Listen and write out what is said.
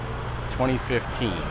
2015